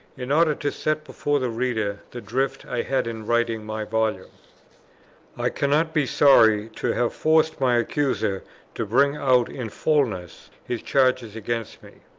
in order to set before the reader the drift i had in writing my volume i cannot be sorry to have forced my accuser to bring out in fulness his charges against me.